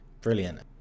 brilliant